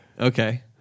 okay